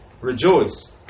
rejoice